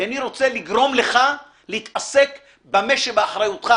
אני רוצה לגרום לך להתעסק במה שבאחריותך.